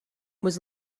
was